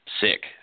sick